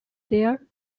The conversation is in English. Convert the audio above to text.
there